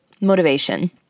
motivation